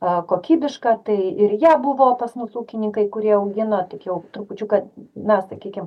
a kokybiška tai ir ją buvo pas mus ūkininkai kurie augino tik jau trupučiuką na sakykim